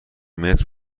متر